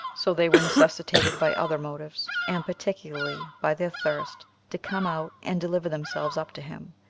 so they were necessitated by other motives, and particularly by their thirst, to come out, and deliver themselves up to him,